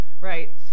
right